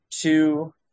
two